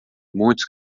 muitos